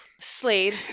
Slade